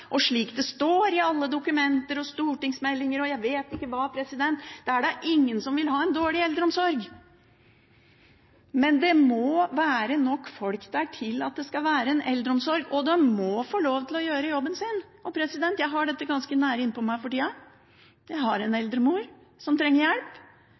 og slik det står i alle dokumenter, stortingsmeldinger og jeg vet ikke hva. Det er da ingen som vil ha en dårlig eldreomsorg, men det må være nok folk der til at det skal være en eldreomsorg, og de må få lov til å gjøre jobben sin. Jeg har dette ganske nært innpå meg for tida. Jeg har en eldre mor som trenger hjelp.